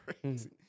crazy